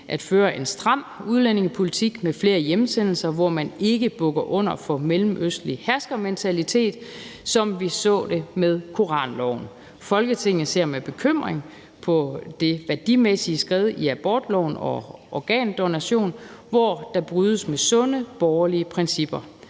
at føre en stram udlændingepolitik med flere hjemsendelser, hvor man ikke bukker under for mellemøstlig herskermentalitet, som vi så det med koranloven. Folketinget ser med bekymring på det værdimæssige skred i abortloven og organdonation, hvor der brydes med sunde borgerlige principper.